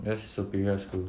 cause superior school